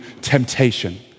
temptation